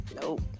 nope